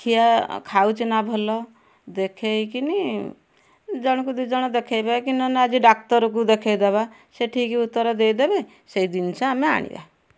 ଖିଆ ଖାଉଛି ନା ଭଲ ଦେଖେଇ କିନି ଜଣକୁ ଦୁଇଜଣ ଦେଖେଇବା କି ନହେନେ ଆଜି ଡାକ୍ତରକୁ ଦେଖେଇ ଦେବା ସେ ଠିକ ଉତ୍ତର ଦେଇଦେବେ ସେଇ ଜିନିଷ ଆମେ ଆଣିବା